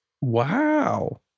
Wow